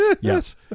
yes